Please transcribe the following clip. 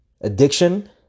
addiction